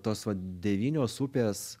tos va devynios upės